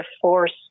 force